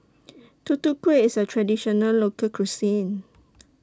Tutu Kueh IS A Traditional Local Cuisine